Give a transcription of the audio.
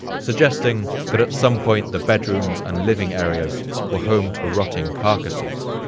suggesting that at some point the bedrooms and living areas were home to rotting carcasses,